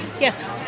yes